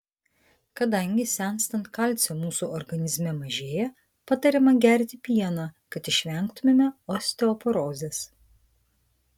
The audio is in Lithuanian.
kadangi senstant kalcio mūsų organizme mažėja patariama gerti pieną kad išvengtumėme osteoporozės